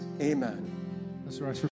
Amen